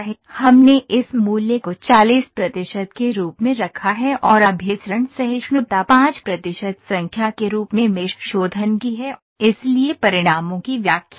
हमने इस मूल्य को 40 प्रतिशत के रूप में रखा है और अभिसरण सहिष्णुता 5 प्रतिशत संख्या के रूप में मेष शोधन की है इसलिए परिणामों की व्याख्या करना